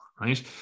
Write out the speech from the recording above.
right